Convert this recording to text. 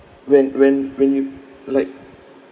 when when when you like